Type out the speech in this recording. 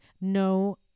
No